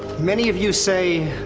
many of you say,